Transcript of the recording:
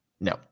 No